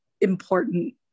important